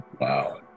Wow